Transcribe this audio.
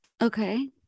Okay